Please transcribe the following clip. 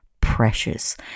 precious